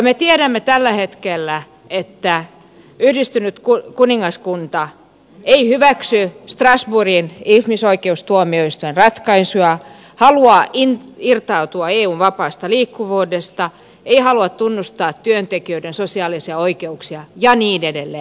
me tiedämme tällä hetkellä että yhdistynyt kuningaskunta ei hyväksy strasbourgin ihmisoikeustuomioistuimen ratkaisua haluaa irtautua eun vapaasta liikkuvuudesta ei halua tunnustaa työntekijöiden sosiaalisia oikeuksia ja niin edelleen